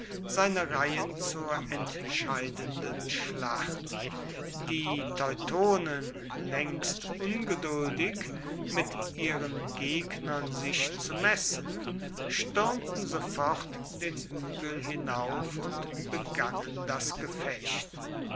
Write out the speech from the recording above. seine reihen zur entscheidenden schlacht die teutonen längst ungeduldig mit ihren gegnern sich zu messen stürmten sofort den hügel hinauf und begannen das gefecht